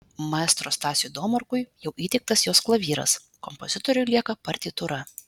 maestro stasiui domarkui jau įteiktas jos klavyras kompozitoriui lieka partitūra